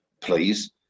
please